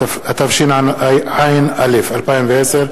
התשע"א 2010,